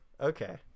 Okay